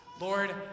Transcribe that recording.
Lord